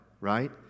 right